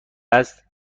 است